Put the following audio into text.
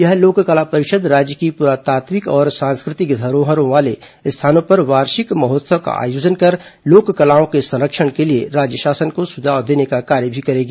यह लोक कला परिषद राज्य की पुरातात्विक और सांस्कृतिक धरोहरों वाले स्थानों पर वार्षिक महोत्सव का आयोजन कर लोक कलाओं के संरक्षण के लिए राज्य शासन को सुझाव देने का कार्य भी करेगी